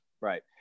Right